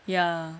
ya